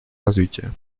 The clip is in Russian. развития